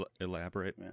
elaborate